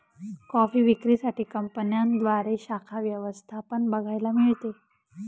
coffee विक्री साठी कंपन्यांद्वारे शाखा व्यवस्था पण बघायला मिळते